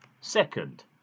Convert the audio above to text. Second